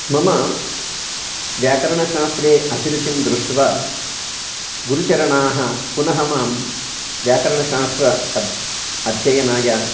मम व्याकरणशास्त्रे अभिरुचिं दृष्ट्वा गुरुचरणाः पुनः माम् व्याकरणशास्त्र अद् अध्ययनाय